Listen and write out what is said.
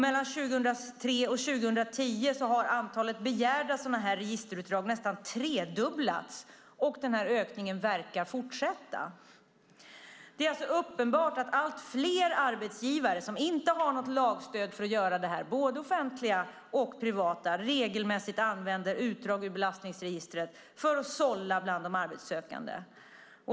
Mellan 2003 och 2010 har antalet sådana här begärda registerutdrag nästan tredubblats och den ökningen verkar fortsätta. Det är alltså uppenbart att allt fler arbetsgivare som inte har något lagstöd för att göra det här, både offentliga och privata, regelmässigt använder utdrag ur belastningsregistret för att sålla bland de arbetssökande.